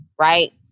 right